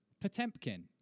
Potemkin